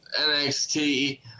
NXT